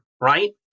right